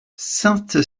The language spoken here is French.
sainte